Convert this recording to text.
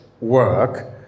work